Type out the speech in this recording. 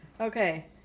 Okay